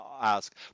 ask